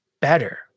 better